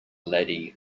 lady